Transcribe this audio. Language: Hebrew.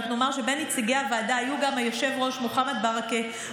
רק נאמר שבין נציגי הוועדה היו גם היושב-ראש מוחמד ברכה,